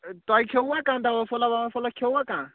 تۄہہِ کھیوٚوا کانٛہہ دَوا پھوٚلہ وَوا پھوٚلہ کھیوٚوا کانٛہہ